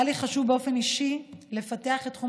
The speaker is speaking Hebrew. היה לי חשוב באופן אישי לפתח את תחום